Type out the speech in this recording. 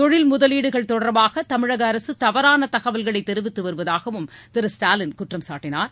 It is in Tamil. தொழில் முதலீடுகள் தொடர்பாக தமிழக அரசு தவறான தகவல்களை தெரிவித்து வருவதாகவும் திரு ஸ்டாலின் குற்றம் சாட்டினார்